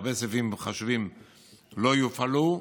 והרבה סעיפים חשובים לא יופעלו,